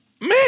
man